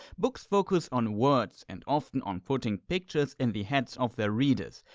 books focus on words and often on putting pictures in the heads of their readers.